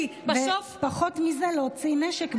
ופחות מזה להוציא נשק,